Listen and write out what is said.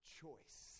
choice